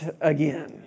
again